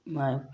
ꯃꯥꯏ